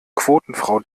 quotenfrau